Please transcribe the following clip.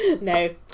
No